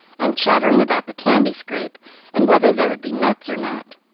and chattering about the candy-scrape and whether there would be nuts or not.